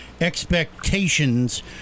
expectations